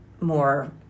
more